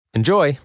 enjoy